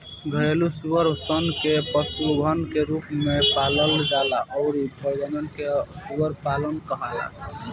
घरेलु सूअर सन के पशुधन के रूप में पालल जाला अउरी प्रजनन के सूअर पालन कहाला